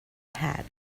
hat